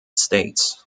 states